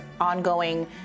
ongoing